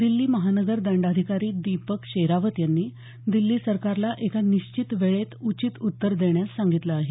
दिल्ली महानगर दंडाधिकारी दीपक शेरावत यांनी दिल्ली सरकारला एका निश्चित वेळेत उचित उत्तर देण्यास सांगितलं आहे